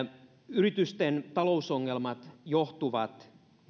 yritysten talousongelmat johtuvat